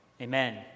Amen